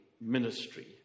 ministry